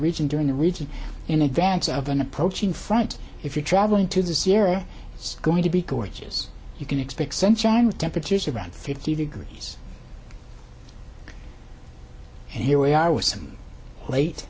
region during the region in advance of an approaching front if you're traveling to this year it's going to be gorgeous you can expect censuring with temperatures around fifty degrees and here we are with some late